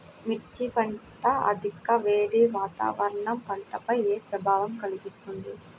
మిర్చి పంట అధిక వేడి వాతావరణం పంటపై ఏ ప్రభావం కలిగిస్తుంది?